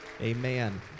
Amen